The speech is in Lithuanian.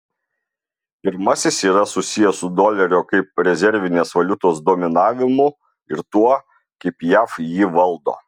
pirmasis yra susijęs su dolerio kaip rezervinės valiutos dominavimu ir tuo kaip jav jį valdo